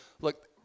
Look